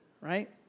right